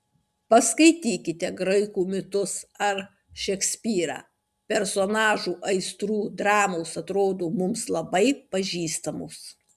paskaitykite graikų mitus ar šekspyrą personažų aistrų dramos atrodo mums labai pažįstamos